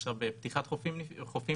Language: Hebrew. בסיסים: באילת, בלכיש, בתל-אביב, בחיפה